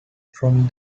from